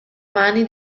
mani